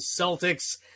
Celtics